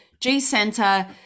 G-Center